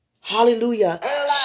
Hallelujah